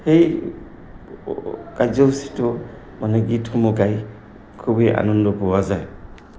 সেই কাৰ্যসূচীতো মানে গীতসমূহ গাই খুবেই আনন্দ পোৱা যায়